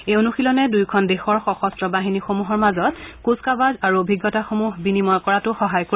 এই অনুশীলনে দুয়োখন দেশৰ সশস্ত্ৰ বাহিনীসমূহৰ মাজত কুচকাৱাজ আৰু অভিজ্ঞতাসমূহ বিনিময় কৰাত সহায় কৰিব